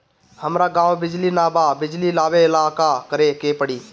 हमरा गॉव बिजली न बा बिजली लाबे ला का करे के पड़ी?